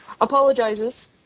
apologizes